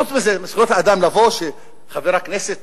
חוץ מזה, זכויות האדם שחבר הכנסת